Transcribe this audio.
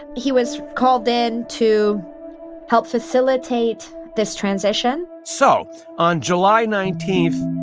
he was called in to help facilitate this transition so on july nineteen,